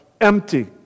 empty